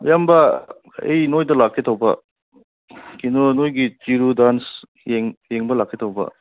ꯏꯌꯥꯝꯕ ꯑꯩ ꯅꯣꯏꯗ ꯂꯥꯛꯀꯦ ꯇꯧꯕ ꯀꯩꯅꯣ ꯅꯣꯏꯒꯤ ꯆꯤꯔꯨ ꯗꯥꯟꯁ ꯌꯦꯡꯕ ꯂꯥꯛꯀꯦ ꯇꯧꯕ